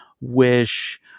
wish